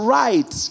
right